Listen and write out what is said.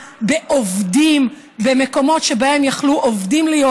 בעובדים במקומות שבהם יכלו עובדים להיות,